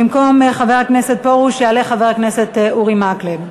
במקום חבר הכנסת פרוש יעלה חבר הכנסת אורי מקלב.